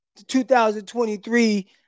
2023